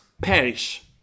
perish